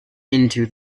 into